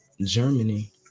Germany